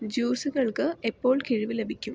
ജ്യൂസുകൾക്ക് എപ്പോൾ കിഴിവ് ലഭിക്കും